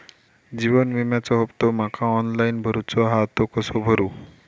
जीवन विम्याचो हफ्तो माका ऑनलाइन भरूचो हा तो कसो भरू?